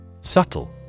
Subtle